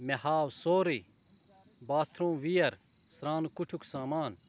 مےٚ ہاو سۄرٕے باتھ روٗم ویر سرٛانہٕ کُٹھیٛک سامان